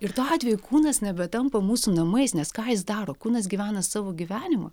ir tuo atveju kūnas nebetampa mūsų namais nes ką jis daro kūnas gyvena savo gyvenimą